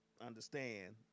understand